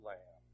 Lamb